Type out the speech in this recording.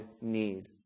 need